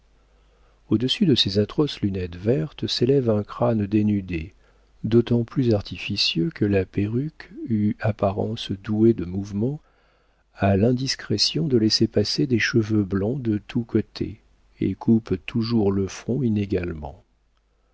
au-dessus de ces atroces lunettes vertes s'élève un crâne dénudé d'autant plus artificieux que la perruque en apparence douée de mouvement a l'indiscrétion de laisser passer des cheveux blancs de tous côtés et coupe toujours le front inégalement